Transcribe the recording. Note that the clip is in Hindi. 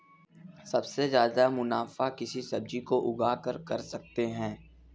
सबसे ज्यादा मुनाफा किस सब्जी को उगाकर कर सकते हैं?